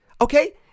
Okay